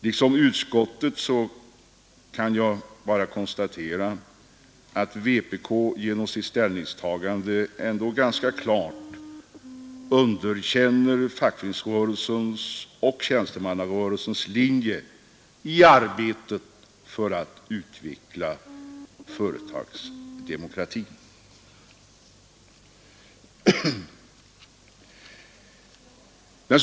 Liksom utskottet kan jag bara konstatera att vpk genom sitt ställningstagande ändå ganska klart underkänner fackföreningsrörelsens och tjänstemannarörelsens linje i arbetet för att utveckla företagsdemokratin.